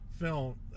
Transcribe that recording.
film